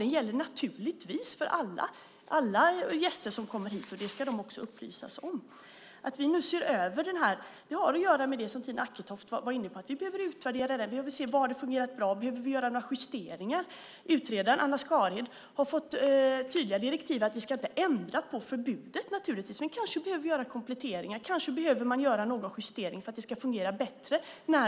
Den gäller naturligtvis för alla gäster som kommer hit, och det ska de också upplysas om. Att vi nu ser över det här har att göra med att vi behöver utvärdera detta, se var det har fungerat bra och om vi behöver göra några justeringar. Utredaren Anna Skarhed har fått tydliga direktiv att vi inte ska ändra på förbudet naturligtvis, men kanske behöver vi göra kompletteringar. När vi har en samlad bild kanske behöver vi göra någon justering för att det ska fungera bättre.